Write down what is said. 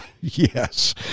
Yes